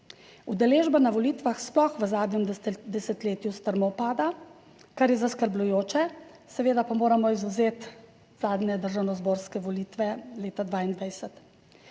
Udeležba na volitvah sploh v zadnjem desetletju strmo pada, kar je zaskrbljujoče, seveda pa moramo izvzeti zadnje državnozborske volitve leta 2022.